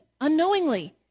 unknowingly